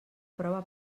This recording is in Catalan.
prova